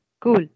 cool